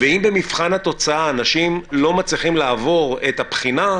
אם במבחן התוצאה אנשים לא מצליחים לעבור את הבחינה,